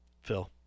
Phil